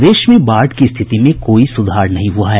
प्रदेश में बाढ़ की स्थिति में कोई सुधार नहीं हुआ है